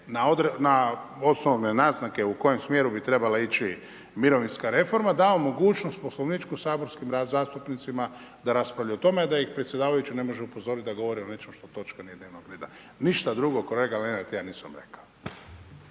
na osnovne naznake u kojem smjeru bi trebala ići mirovinska reforma dao mogućnost poslovničku saborskim zastupnicima da raspravljaju o tome da ih predsjedavajući ne može upozoriti da govore o nečemu što točka nije dnevnog reda. Ništa drugo kolega Lenart ja nisam rekao.